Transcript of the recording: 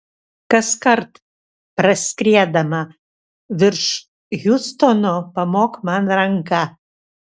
kaskart praskriedama virš hjustono pamok man ranka